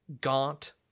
gaunt